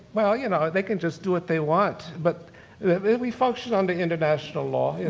well, you know, they can just do what they want. but we function under international law,